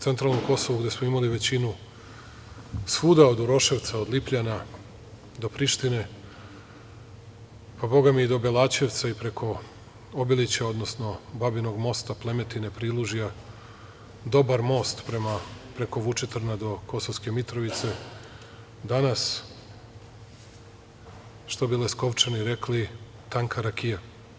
Centralno Kosovo, gde smo imali većinu, svuda, od Uroševca, od Lipljana do Prištine, pa bogami i do Belaćevca i preko Obilića, odnosno Babinog Mosta, Plemetine, Prilužja, dobar most preko Vučitrna do Kosovske Mitrovice, danas, što bi Leskovčani rekli, tanka rakija.